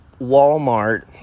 Walmart